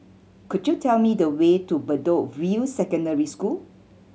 could you tell me the way to Bedok View Secondary School